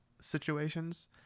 situations